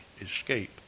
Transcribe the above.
escape